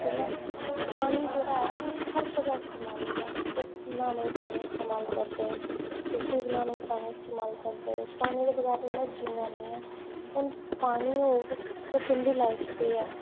जि'यां पानी जेह्ड़ा ऐ ओह् हर जगह् इस्तेमाल होंदा तुस न्हानै गी पानी इस्तेमाल करदे रुट्टी बनानै गी पानी इस्तेमाल करदे पानी दे बगैर होना जीना निं ऐ हून पानी होग ते तुंदी लाईफ बी ऐ